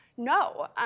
No